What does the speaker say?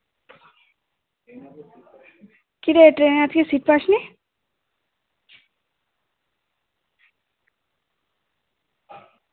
কিরে ট্রেনে আজকে সিট পাস নি